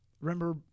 remember